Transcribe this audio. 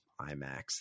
IMAX